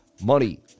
money